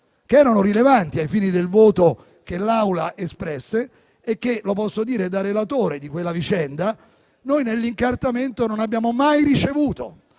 notizie rilevanti ai fini del voto che l'Assemblea espresse, e che - lo posso dire da relatore di quella vicenda - nell'incartamento non abbiamo mai ricevuto.